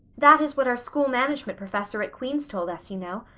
that is what our school management professor at queen's told us, you know.